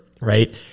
right